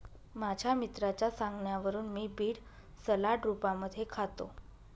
माझ्या मित्राच्या सांगण्यावरून मी बीड सलाड रूपामध्ये खातो